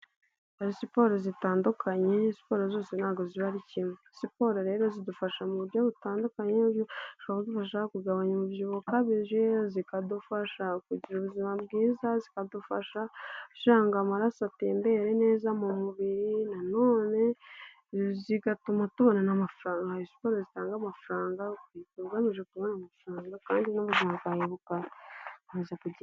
Hari siporo zitandukanye, siporo zose ntabwo ziba ari kimwe, siporo rero zidufasha mu buryo butandukanye zishoborasha kugabanya umubyibuho ukabije, zikadufasha kugira ubuzima bwiza, zikadufasha gukira ngo amaraso atembere neza mu mubiri na none zigatuma tubona amafaranga, hari siporo zitanga amafaranga ugamije kubona amafaranga kandi n'ubuzima bwawe bugakomeza kugenda.